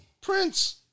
Prince